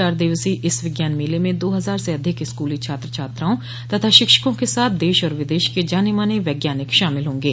चार दिवसीय इस विज्ञान मेले में दा हजार से अधिक स्कूली छात्र छात्राओं तथा शिक्षकों के साथ देश और विदेश के जाने माने वैज्ञानिक शामिल होंगे